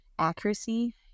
accuracy